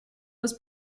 was